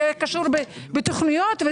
בתכניות,